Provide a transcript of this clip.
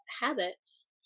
habits